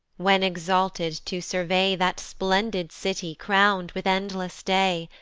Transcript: when exalted to survey that splendid city, crown'd with endless day,